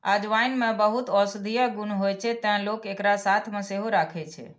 अजवाइन मे बहुत औषधीय गुण होइ छै, तें लोक एकरा साथ मे सेहो राखै छै